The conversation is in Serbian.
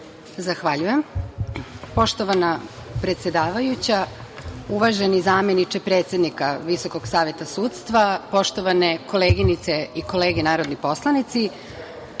Zahvaljujem. Poštovana predsedavajuća, uvaženi zameniče predsednika Visokog saveta sudstva, poštovane koleginice i kolege narodni poslanici,